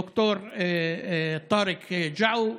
ד"ר טארק ג'עו,